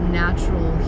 natural